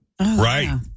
Right